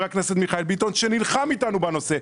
הכנסת מיכאל ביטון שנלחם איתנו בנושא.